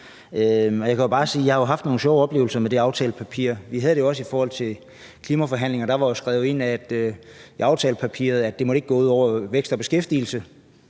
jeg har haft nogle sjove oplevelser med det aftalepapir. Vi havde det jo også i forhold til klimaforhandlinger – der var jo skrevet ind i aftalepapiret, at det ikke måtte gå ud over vækst og beskæftigelse.